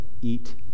eat